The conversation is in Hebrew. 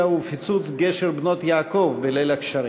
ובפיצוץ גשר בנות-יעקב בליל הגשרים.